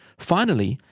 finally,